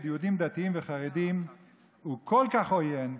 יהודים דתיים וחרדים הוא כל כך עוין,